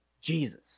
Jesus